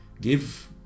give